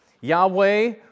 Yahweh